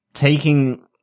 Taking